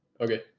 Okay